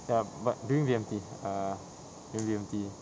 ya but during B_M_T err during B_M_T